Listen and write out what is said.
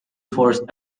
forced